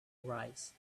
arise